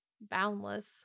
boundless